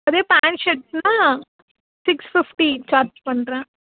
அதே பேண்ட் ஷேர்ட்னால் six fifty charge பண்ணுறேன்